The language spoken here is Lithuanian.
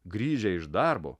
grįžę iš darbo